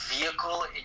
vehicle